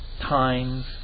times